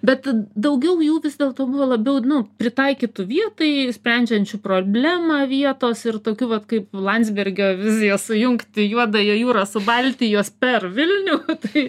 bet daugiau jų vis dėlto buvo labiau nu pritaikytų vietai sprendžiančių problemą vietos ir tokių vat kaip landsbergio vizija sujungti juodąją jūrą su baltijos per vilnių tai